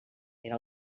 era